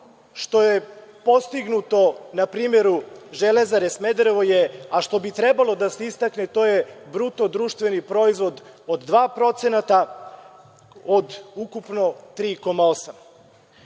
što je postignuto na primeru „Železare Smederevo“, a što bi trebalo da se istakne, to je bruto društveni proizvod od 2%, od ukupno 3,8%.Ono